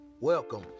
Welcome